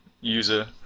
user